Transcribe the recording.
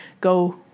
Go